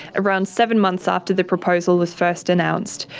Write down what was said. around seven months after the proposal was first announced,